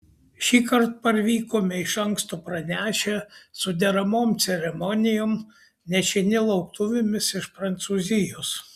šįkart parvykome iš anksto pranešę su deramom ceremonijom nešini lauktuvėmis iš prancūzijos